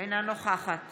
אינה נוכחת